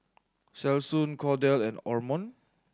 Selsun Kordel and Omron